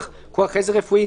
כתוב גם שהממשלה יכולה לאשר.